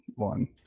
One